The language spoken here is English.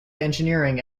engineering